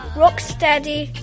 rocksteady